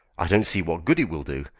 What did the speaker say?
i don't see what good it will do,